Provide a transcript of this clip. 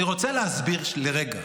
אני רוצה להסביר לרגע